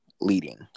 leading